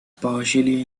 partially